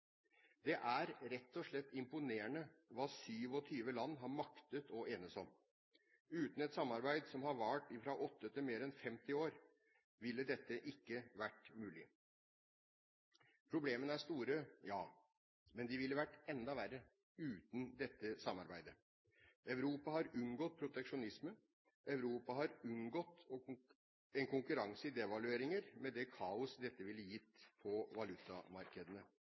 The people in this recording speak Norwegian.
Det er rett og slett imponerende hva 27 land har maktet å enes om. Uten et samarbeid som har vart fra 8 til mer enn 50 år, ville dette ikke vært mulig. Problemene er store, ja, men de ville vært enda større uten dette samarbeidet. Europa har unngått proteksjonisme. Europa har unngått en konkurranse i devalueringer, med det kaos dette ville gitt på valutamarkedene.